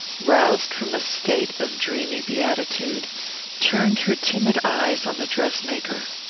roused from a state of dreamy beatitude, turned her timid eyes on the dress-maker.